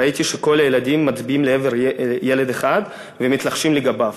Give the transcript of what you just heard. ראיתי שכל הילדים מצביעים לעבר ילד אחד ומתלחשים לגביו